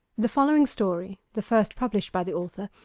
the following story, the first published by the author,